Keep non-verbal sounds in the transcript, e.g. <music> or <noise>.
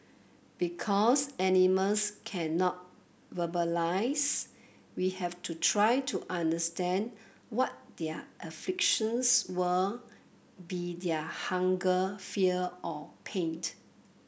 because animals cannot verbalise we had to try to understand what their <unintelligible> were be they hunger fear or pain